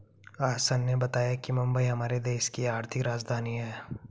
आज सर ने बताया कि मुंबई हमारे देश की आर्थिक राजधानी है